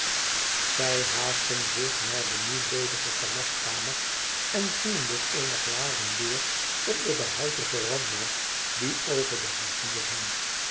zij haastten zich naar de nu ledige gelagkamer en gingen door eene glazendeur onder de houten veranda die over de rivier